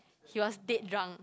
he was dead drunk